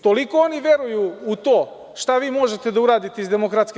Toliko oni veruju u to šta vi možete da uradite iz DS.